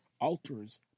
alters